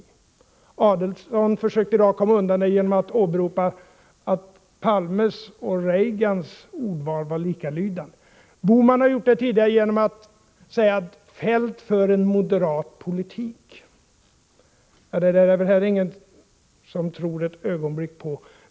Ulf Adelsohn försökte åter komma undan det genom att åberopa att Palmes och Reagans ordval var likartade. Gösta Bohman har gjort det tidigare genom att säga att Feldt för en moderat politik. Det är väl ingen som tror ett ögonblick på det!